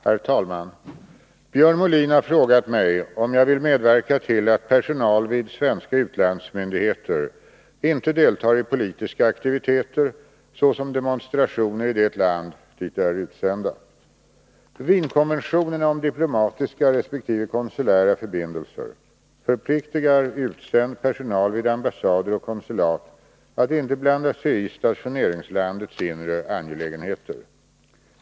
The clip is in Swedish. Herr talman! Björn Molin har frågat mig om jag vill medverka till att personal vid svenska utlandsmyndigheter inte deltar i politiska aktiviteter såsom demonstrationer i det land dit de är utsända. Wienkonventionerna om diplomatiska resp. konsulära förbindelser förpliktigar utsänd personal vid ambassader och konsulat att inte blanda sig i stationeringslandets inre angelägenheter.